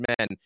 men